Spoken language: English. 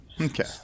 Okay